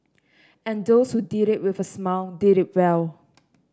and those who did it with a smile did it well